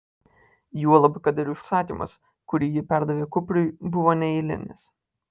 juolab kad ir užsakymas kurį ji perdavė kupriui buvo neeilinis